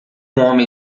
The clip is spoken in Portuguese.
homem